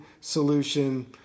solution